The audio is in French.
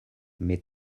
mais